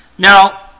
Now